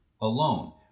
alone